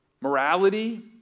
morality